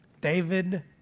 David